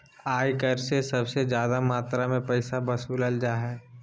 आय कर से सबसे ज्यादा मात्रा में पैसा वसूलल जा हइ